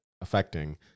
affecting